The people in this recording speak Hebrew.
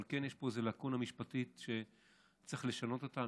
אבל כן יש פה איזו לקונה משפטית שצריך לשנות אותה.